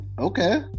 Okay